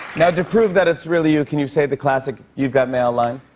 now, to prove that it's really you, can you say the classic you've got mail line?